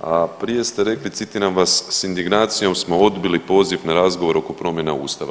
a prije ste rekli citiram vas sindignacijom smo odbili poziv na razgovor oko promjene ustava.